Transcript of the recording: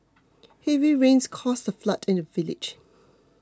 heavy rains caused a flood in the village